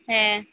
ᱦᱮᱸ